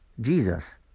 Jesus